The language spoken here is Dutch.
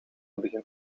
begint